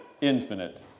infinite